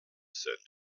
said